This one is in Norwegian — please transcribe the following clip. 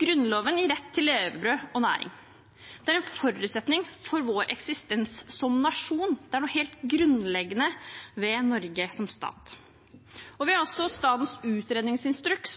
Grunnloven gir rett til levebrød og næring. Det er en forutsetning for vår eksistens som nasjon. Det er noe helt grunnleggende ved Norge som stat. Vi har også statens utredningsinstruks,